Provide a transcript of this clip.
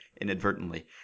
inadvertently